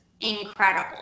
incredible